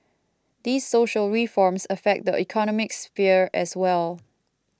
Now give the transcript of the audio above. these social reforms affect the economic sphere as well